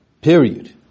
Period